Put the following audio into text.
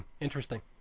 interesting